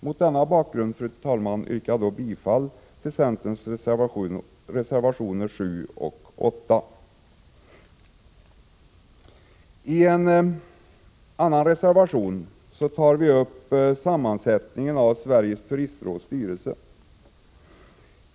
Mot denna bakgrund ber jag att få yrka bifall till centerns reservationer 7 och 8: I reservation 10 tar vi upp sammansättningen av Sveriges turistråds styrelse.